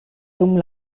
dum